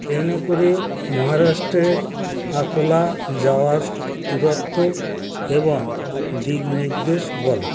ট্রেনে করে মহারাষ্ট্রের আকোলা যাওয়ার দূরত্ব এবং দিক নির্দেশ বলো